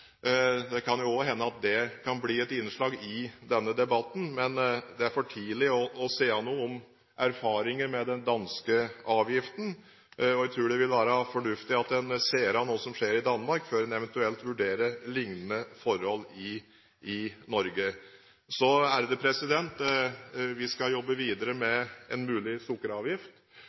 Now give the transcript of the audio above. Det kan jo hende at det også kan bli et innslag i denne debatten, men det er for tidlig å si noe om erfaringer med den danske avgiften. Jeg tror det vil være fornuftig at en ser an hva som skjer i Danmark før en eventuelt vurderer lignende forhold i Norge. Så vi skal jobbe videre med en mulig sukkeravgift,